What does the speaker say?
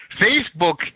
Facebook